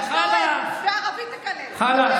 חלאס (אומר בערבית: חלאס,